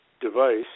device